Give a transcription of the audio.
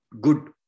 good